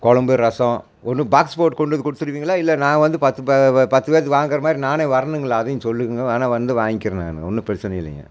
குழம்பு ரசம் ஒன்று பாக்ஸ் போட்டு கொண்டு வந்து கொடுத்துருவீங்களா இல்லை நான் வந்து பத்து ப பத்து பேற்றுக்கு வாங்கிற மாதிரி நானே வரணுங்களா அதையும் சொல்லியிருங்க வேணால் வந்து வாங்கிறேன் நான் ஒன்றும் பிரச்சின இல்லைங்க